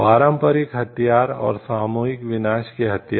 पारंपरिक हथियार और सामूहिक विनाश के हथियार